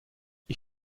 ich